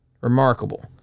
Remarkable